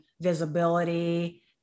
visibility